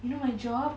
you know my job